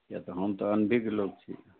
किआ तऽ हम तऽ अनभिज्ञ लोक छी